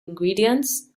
ingredients